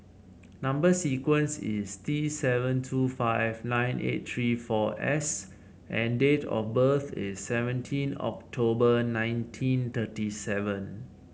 number sequence is T seven two five nine eight three four S and date of birth is seventeen October nineteen thirty seven